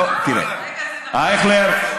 טוב, תראה, אייכלר,